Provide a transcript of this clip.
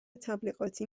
تبلیغاتی